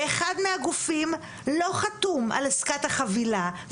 ואחד מהגופים לא חתום על עסקת החבילה,